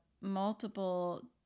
multiple